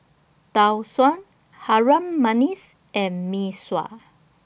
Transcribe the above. Tau Suan Harum Manis and Mee Sua